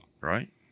Right